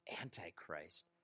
antichrist